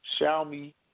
Xiaomi